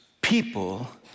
people